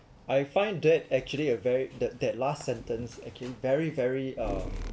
I find that actually a very the that last sentence again very very uh